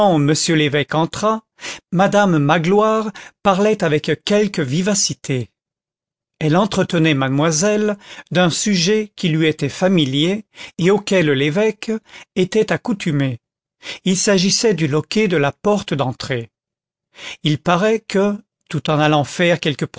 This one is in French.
m l'évêque entra madame magloire parlait avec quelque vivacité elle entretenait mademoiselle d'un sujet qui lui était familier et auquel l'évêque était accoutumé il s'agissait du loquet de la porte d'entrée il paraît que tout en allant faire quelques